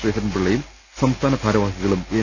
ശ്രീധരൻ പിള്ളയും സംസ്ഥാന ഭാരവാഹികളും എൻ